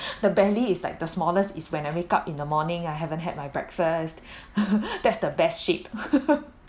the belly is like the smallest is when I wake up in the morning I haven't had my breakfast that's the best shape